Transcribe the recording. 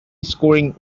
scoring